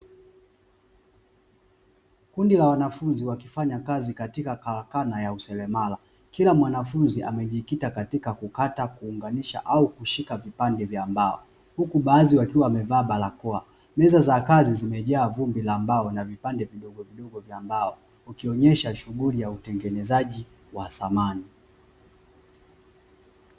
Kundi la wanafunzi wakifanya kazi katika karakana ya useremala. Kila mwanafunzi amejikita katika kukata, kuunganisha au kushika vipande vya mbao. Huku baadhi wakiwa wamevaa barakoa. Meza za kazi zimejaa vumbi la mbao na vipande vidogovidogo vya mbao, ukionyesha shughuli ya utengenezaji wa samani.